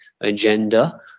agenda